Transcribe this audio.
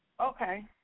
Okay